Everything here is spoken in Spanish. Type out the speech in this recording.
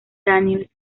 daniels